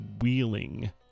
Wheeling